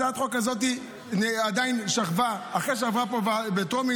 הצעת החוק הזאת עדיין שכבה אחרי שעברה פה בטרומית,